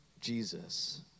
Jesus